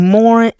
more